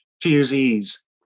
fusees